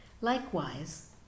Likewise